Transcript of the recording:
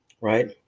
right